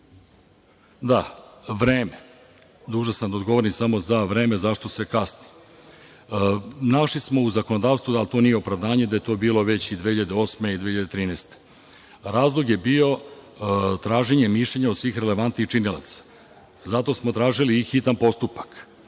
odgovorim. Vreme. Dužan sam da odgovorim samo za vreme zašto se kasni. Našli smo u zakonodavstvu, ali to nije opravdanje, da je to bilo već i 2008. i 2013. godine. Razlog je bio traženje mišljenja o svih relevantnih čitalaca. Zato smo tražili i hitan postupak.